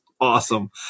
awesome